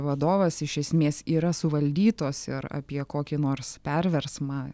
vadovas iš esmės yra suvaldytos ir apie kokį nors perversmą